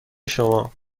شما